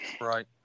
Right